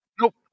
Nope